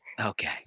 okay